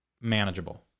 manageable